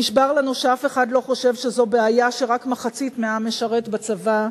נשבר לנו שאף אחד לא חושב שזו בעיה שרק מחצית מהעם משרת בצבא.